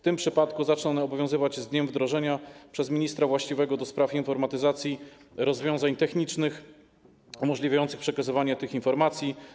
Te przepisy zaczną obowiązywać z dniem wdrożenia przez ministra właściwego do spraw informatyzacji rozwiązań technicznych umożliwiających przekazywanie tych informacji.